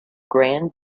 grand